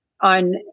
on